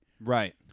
Right